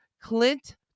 clint